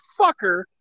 fucker